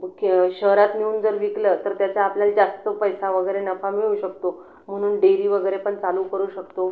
मुख्य शहरात नेऊन जर विकलं तर त्याचा आपल्याला जास्त पैसा वगैरे नफा मिळू शकतो म्हणून डेअरी वगैरेपण चालू करू शकतो